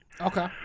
Okay